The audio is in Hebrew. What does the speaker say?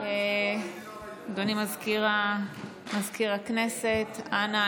אדוני מזכיר הכנסת, אנא.